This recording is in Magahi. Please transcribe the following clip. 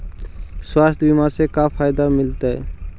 स्वास्थ्य बीमा से का फायदा मिलतै?